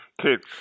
Kids